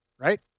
right